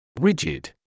Rigid